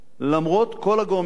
למרות כל הגורמים,